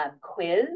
quiz